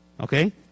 Okay